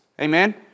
Amen